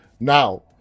Now